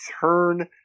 turn